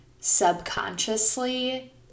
subconsciously